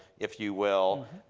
if you will,